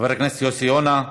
חבר הכנסת יוסי יונה.